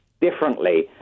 differently